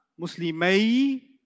Muslimay